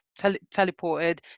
teleported